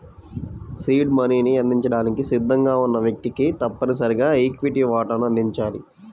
seed మనీని అందించడానికి సిద్ధంగా ఉన్న వ్యక్తికి తప్పనిసరిగా ఈక్విటీ వాటాను అందించాలి